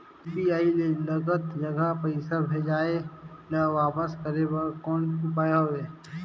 UPI ले गलत जगह पईसा भेजाय ल वापस करे बर कौन उपाय हवय?